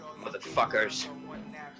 motherfuckers